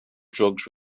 drugs